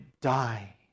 die